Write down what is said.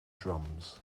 drums